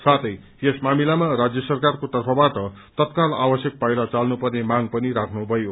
साथै यस मामिलामा राज्य सरकारको तर्फबाट तत्काल आवश्यक पाइला चाल्नु पर्ने मांग पनि गर्नुभयो